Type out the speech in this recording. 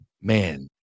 Man